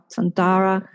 Santara